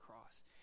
cross